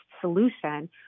solution